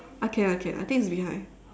I can I can I think it's behind